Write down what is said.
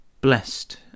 Blessed